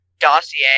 dossier